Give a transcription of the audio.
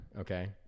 Okay